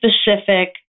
specific